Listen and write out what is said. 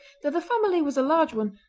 though the family was a large one,